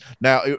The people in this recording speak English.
Now